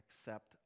accept